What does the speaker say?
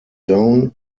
zone